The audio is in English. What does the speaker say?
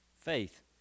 faith